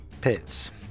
pits